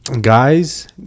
guys